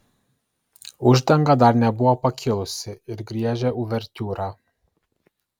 uždanga dar nebuvo pakilusi ir griežė uvertiūrą